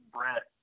Brett